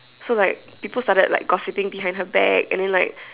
so like people started like gossiping behind her back and then like